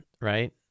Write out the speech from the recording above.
right